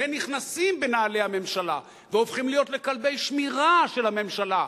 והם נכנסים לנעלי הממשלה והופכים להיות לכלבי שמירה של הממשלה,